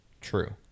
true